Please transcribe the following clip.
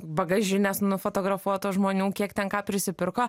bagažinės nufotografuotos žmonių kiek ten ką prisipirko